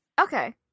Okay